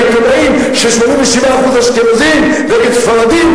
העיתונאים ש-87% מהם הם אשכנזים נגד ספרדים?